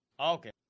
Okay